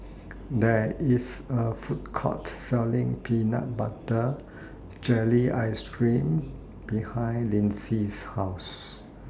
There IS A Food Court Selling Peanut Butter Jelly Ice Cream behind Linsey's House